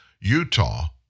Utah